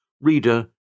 Reader